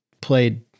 played